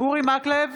אורי מקלב,